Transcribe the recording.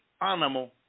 animal